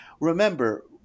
remember